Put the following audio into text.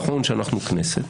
נכון שאנחנו כנסת,